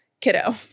kiddo